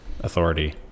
authority